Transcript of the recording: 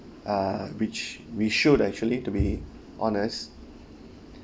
uh which we should actually to be honest